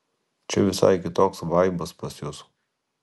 čia visai kitoks vaibas pas jus